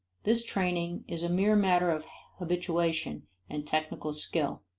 this training is a mere matter of habituation and technical skill